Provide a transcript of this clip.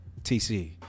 TC